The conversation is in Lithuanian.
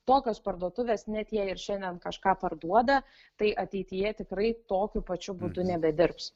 tokios parduotuvės net jei ir šiandien kažką parduoda tai ateityje tikrai tokiu pačiu būdu nebedirbs